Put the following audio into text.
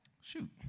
shoot